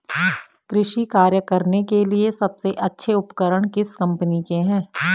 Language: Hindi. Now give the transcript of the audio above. कृषि कार्य करने के लिए सबसे अच्छे उपकरण किस कंपनी के हैं?